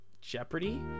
jeopardy